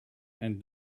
and